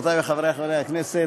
חברותי וחברי חברי הכנסת,